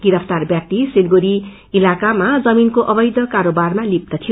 गिरफ्तार व्यक्ति सिलगढ़ी इलाकामा जमीनको अवेष कारोबारमा लिप्त थियो